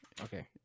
okay